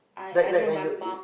like like are you